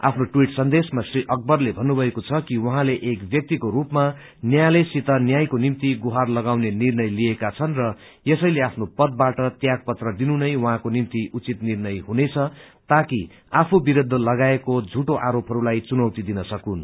आफ्नो टवीट सन्देशमा श्री अकबरले भन्नुभएको छ कि उहाँले एक व्याक्तिको रूपामा न्यायालयसित न्यायको निम्ति गुहार लगाउने निर्णय लिएका छन् र यसैले आफ्नो पदबाट तयाग पत्र दिनुनै उहाँको निम्ति उचित निर्णय हुनेछ ताकि आफू विरूद्ध लगाइएको झूठो आरोपहरूलाई चुनौती दिन सकूनु